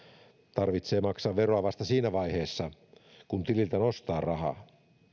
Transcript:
tarvitsee maksaa veroa vasta siinä vaiheessa kun tililtä nostaa rahaa